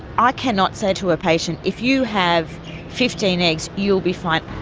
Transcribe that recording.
i cannot say to a patient if you have fifteen eggs, you'll be fine.